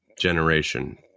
generation